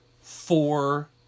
four